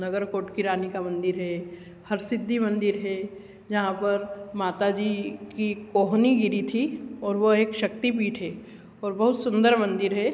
नगरकोट की रानी का मंदिर हे हरसिद्धि मंदिर हे जहाँ पर माता जी की कोहनी गिरी थी और वो एक शक्ति पीठ है और बहुत सुंदर मंदिर है